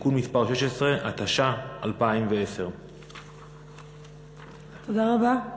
(תיקון מס' 16), התש"ע 2010. תודה רבה.